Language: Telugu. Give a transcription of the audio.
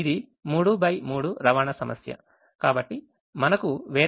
కాబట్టి ఇది 3 x 3 రవాణా సమస్య